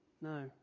No